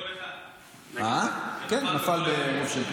כן, נפל.